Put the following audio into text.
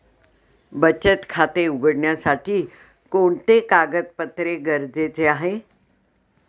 बचत खाते उघडण्यासाठी कोणते कागदपत्रे गरजेचे आहे?